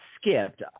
skipped